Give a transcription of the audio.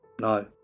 No